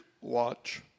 watch